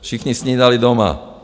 Všichni snídali doma.